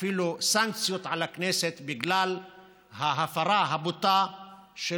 ואפילו סנקציות על הכנסת בגלל ההפרה הבוטה של